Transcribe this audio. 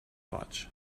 potch